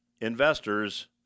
investors